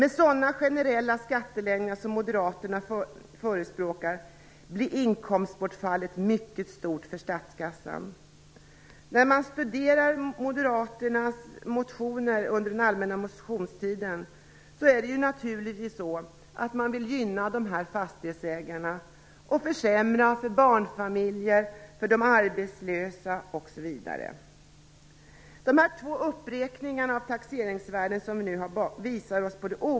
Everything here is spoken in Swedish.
Med sådana generella skattelättnader som moderaterna förespråkar bli inkomstbortfallet för statskassan mycket stort. När man studerar moderaternas motioner under den allmänna motionstiden finner man att de naturligtvis vill gynna de här fastighetsägarna och försämra för barnfamiljer, de arbetslösa, m.fl.